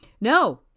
no